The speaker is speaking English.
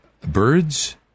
birds